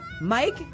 Mike